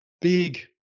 big